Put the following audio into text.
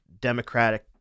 Democratic